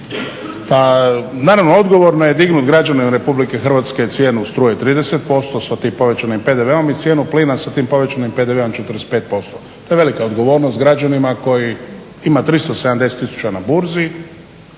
Pa naravno odgovor na dignut građana RH cijenu struje 30% sa tim povećanim PDV-om i cijenu plina sa tim povećanim PDV-om 45%. To je velika odgovornost građanima koji ima 370 tisuća na burzi.